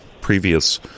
previous